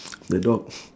the dog